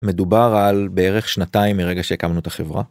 מדובר על בערך שנתיים מרגע שהקמנו את החברה.